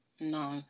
no